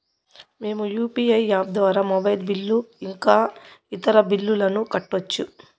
మేము UPI app ద్వారా mobile bill ఇంకా ఇతర బిల్లులను కట్టొచ్చు